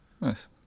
Nice